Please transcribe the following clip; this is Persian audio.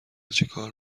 چیکار